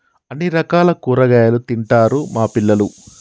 అన్ని రకాల కూరగాయలు తింటారు మా పిల్లలు